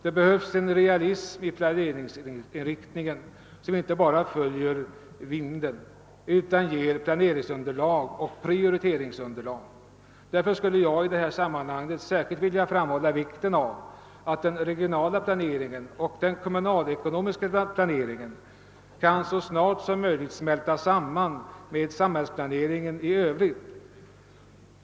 Det behövs realism i planeringsinriktningen, så att denna inte bara följer med vinden utan ger planeringsunderlag och prioriteringsunderlag. Därför skulle jag i detta sammanhang särskilt vilja framhålla vikten av att den regionala och den kommunalekonomiska planeringen så snart som möjligt kan smälta samman med samhällsplaneringen i övrigt.